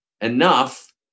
enough